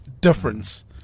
difference